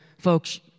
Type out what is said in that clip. folks